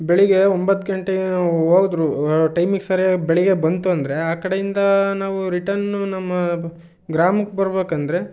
ಬೆಳಿಗ್ಗೆ ಒಂಬತ್ತು ಗಂಟೆಗೆ ನಾವು ಹೋದ್ರೂ ಆ ಟೈಮಿಗೆ ಸರ್ಯಾಗಿ ಬೆಳಿಗ್ಗೆ ಬಂತು ಅಂದರೆ ಆ ಕಡೆಯಿಂದ ನಾವು ರಿಟರ್ನ್ನು ನಮ್ಮ ಗ್ರಾಮಕ್ಕೆ ಬರ್ಬೇಕಂದ್ರೆ